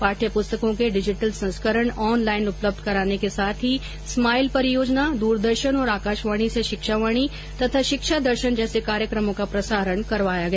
पाठय पुस्तकों के डिजिटल संस्करण ऑनलाईन उपलब्ध कराने के साथ ही स्माईल परियोजना दूरदर्शन और आकाशवाणी से शिक्षावाणी तथा शिक्षा दर्शन जैसे कार्यक्रमों का प्रसारण करवाया गया